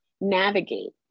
navigate